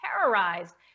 terrorized